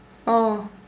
oh